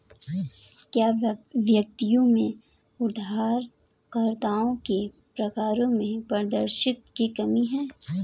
क्या व्यक्तियों में उधारकर्ताओं के प्रकारों में पारदर्शिता की कमी है?